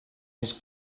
his